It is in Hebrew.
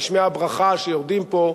גשמי הברכה שיורדים פה,